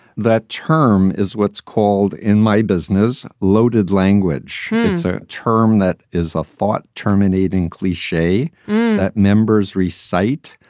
that term is what's called in my business loaded language it's a term that is a thought terminating cliche that members recite.